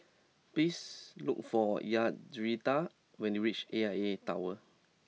please look for Yaritza when you reach A I A Tower